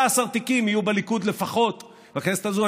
17 תיקים לפחות יהיו בליכוד בכנסת הזו.